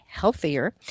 healthier